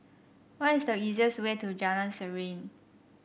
what is the easiest way to Jalan Serene